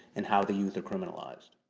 and how the youth are criminalized.